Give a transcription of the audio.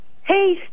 Hey